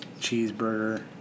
cheeseburger